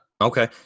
Okay